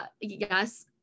yes